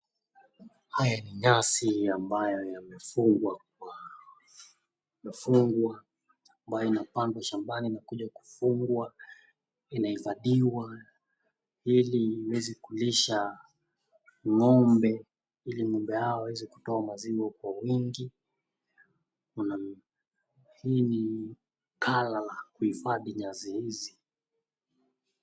Hizi ni nyasi ambayo yamefungwa kwa imefungwa ambayo inapandwa shambani, imekuja kufungwa, inaifadhiwa ili iweze kulisha ngombe, ili mimba yao iweze kutoa maziwa kwa wingi, na ili ni kala la kuifadhi nyasi hizi.